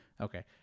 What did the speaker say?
Okay